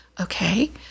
okay